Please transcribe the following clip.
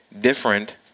Different